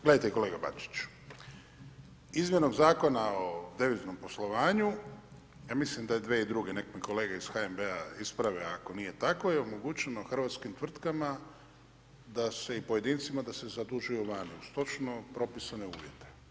Gledajte, kolega Bačić, izmjenom Zakona o deviznom poslovanju, ja mislim da je 2002., nek' me kolege iz HNB-a isprave ako nije tako, je omogućeno hrvatskim tvrtkama i pojedincima da se zadužuju vani uz točno propisane uvjete.